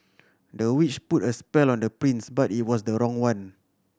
the witch put a spell on the prince but it was the wrong one